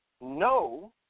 no